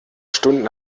stunden